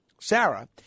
Sarah